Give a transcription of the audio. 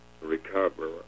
recover